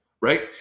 right